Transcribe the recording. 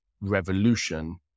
revolution